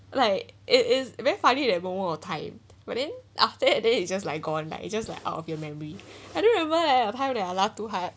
like it is very funny at that moment of time but then after that it just like gone lah it just like out of your memory I don't remember leh a time that they are laugh too hard